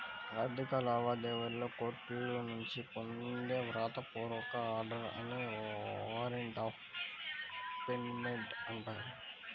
ఆర్థిక లావాదేవీలలో కోర్టుల నుంచి పొందే వ్రాత పూర్వక ఆర్డర్ నే వారెంట్ ఆఫ్ పేమెంట్ అంటారు